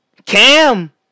Cam